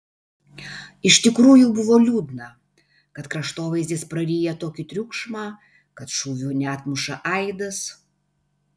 iš tikrųjų buvo liūdna kad kraštovaizdis praryja tokį triukšmą kad šūvių neatmuša aidas